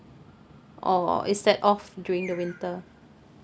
or is that off during the winter